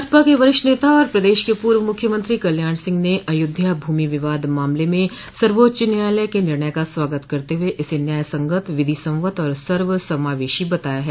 भाजपा के वरिष्ठ नेता और प्रदेश के पूर्व मुख्यमंत्री कल्याण सिंह ने अयोध्या भूमि विवाद मामले में सर्वोच्च न्यायालय के निर्णय का स्वागत करते हुए इसे न्याय संगत विधि संवत और सर्व समावेशी बताया है